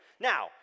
Now